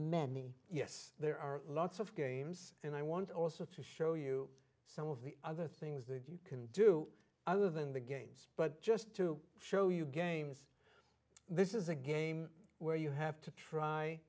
many yes there are lots of games and i want also to show you some of the other things that you can do other than the games but just to show you games this is a game where you have to try